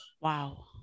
Wow